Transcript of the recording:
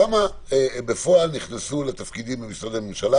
כמה בפועל נכנסו לתפקידים במשרדי ממשלה